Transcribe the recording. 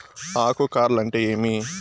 ఆకు కార్ల్ అంటే ఏమి?